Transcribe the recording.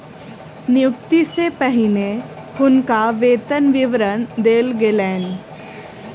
नियुक्ति सॅ पहिने हुनका वेतन विवरण देल गेलैन